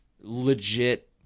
legit